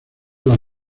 las